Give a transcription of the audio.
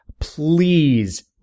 please